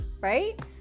right